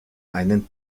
einen